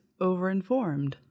Overinformed